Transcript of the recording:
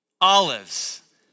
olives